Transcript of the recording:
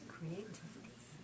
Creativity